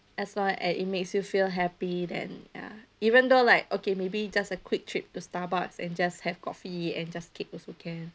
as long as it makes you feel happy then ya even though like okay maybe just a quick trip to starbucks and just have coffee and just cake also can